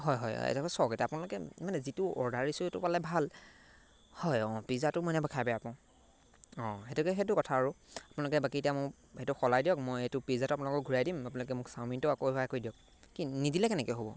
হয় হয় হয় এতিয়া চাওক এতিয়া আপোনালোকে মানে যিটো অৰ্ডাৰ দিছোঁ সেইটো পালে ভাল হয় অঁ পিজ্জাটো মই এনে খাই বেয়া পাওঁ অঁ সেইটোকে সেইটো কথা আৰু আপোনালোকে বাকী এতিয়া মোক সেইটো সলাই দিয়ক মই এইটো পিজ্জাটো আপোনালোকক ঘূৰাই দিম আপোনালোকে মোক চাওমিনটো আকৌ এবাৰ কৰি দিয়ক কি নিদিলে কেনেকৈ হ'ব